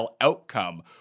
outcome